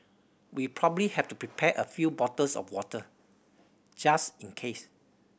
we probably have to prepare a few bottles of water just in case